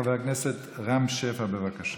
חבר הכנסת רם שפע, בבקשה.